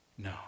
No